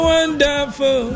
Wonderful